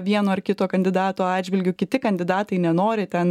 vieno ar kito kandidato atžvilgiu kiti kandidatai nenori ten